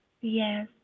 Yes